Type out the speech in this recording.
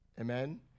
Amen